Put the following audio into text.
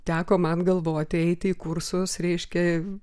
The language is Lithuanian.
teko man galvoti eiti į kursus reiškia